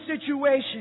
situation